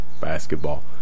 Basketball